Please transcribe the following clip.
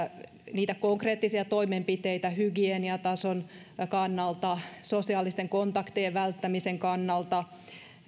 niistä konkreettisista toimenpiteistä hygieniatason kannalta sosiaalisten kontaktejen välttämisen kannalta